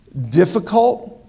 difficult